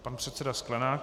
Pan předseda Sklenák.